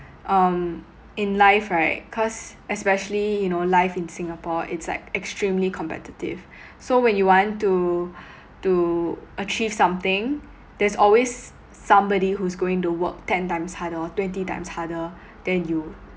um in life right cause especially you know life in Singapore it's like extremely competitive so when you want to to achieve something there's always somebody who is going to work ten times harder or twenty times harder than you